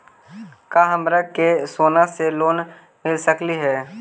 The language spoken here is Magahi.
का हमरा के सोना से लोन मिल सकली हे?